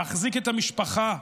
להחזיק את המשפחה,